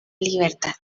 libertad